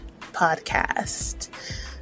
Podcast